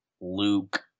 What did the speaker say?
Luke